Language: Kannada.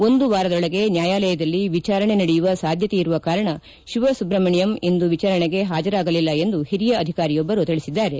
ಒಂದು ವಾರದೊಳಗೆ ನ್ಯಾಯಾಲಯದಲ್ಲಿ ವಿಚಾರಣೆ ನಡೆಯುವ ಸಾಧ್ಯತೆಯಿರುವ ಕಾರಣ ಶಿಮಸ್ರುಮಣಿಯಂ ಇಂದು ವಿಚಾರಣೆಗೆ ಪಾಜರಾಗಲಿಲ್ಲ ಎಂದು ಒರಿಯ ಅಧಿಕಾರಿಯೊಬ್ಬರು ತಿಳಿಸಿದ್ದಾರೆ